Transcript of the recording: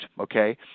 Okay